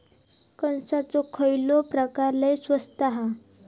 कणसाचो खयलो प्रकार लय स्वस्त हा?